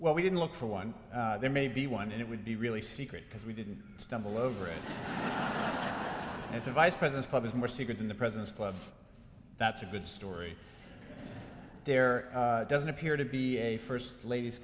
well we didn't look for one there may be one and it would be really secret because we didn't stumble over it it's a vice presidents club is more secret than the presidents club that's a good story there doesn't appear to be a first ladies